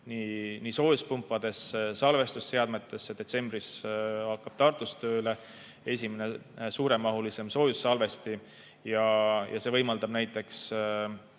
nii soojuspumpadesse kui ka salvestusseadmetesse. Detsembris hakkab Tartus tööle esimene suuremahuline soojussalvesti. See võimaldab näiteks